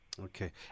Okay